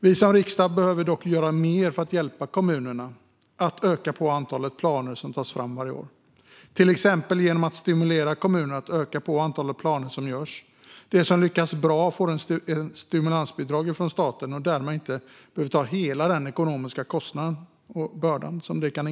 Vi som riksdag behöver dock göra mer för att hjälpa kommunerna att öka antalet planer som tas fram varje år. Det kan vi till exempel göra genom att stimulera kommuner att öka antalet planer som görs. De som lyckas bra får ett stimulansbidrag ifrån staten och behöver därmed inte ta hela den ekonomiska bördan.